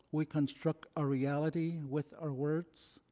we construct our reality with our words.